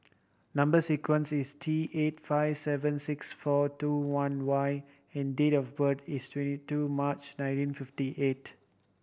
number sequence is T eight five seven six four two one Y and date of birth is twenty two March nineteen fifty eight